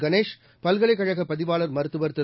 கணேஷ் பல்கலைக் கழக பதிவாளர் மருத்துவர் திரு